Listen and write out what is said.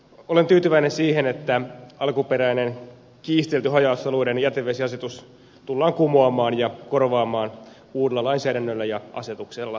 olen tyytyväinen siihen että alkuperäinen kiistelty haja asutusalueiden jätevesiasetus tullaan kumoamaan ja korvaamaan uudella lainsäädännöllä ja asetuksella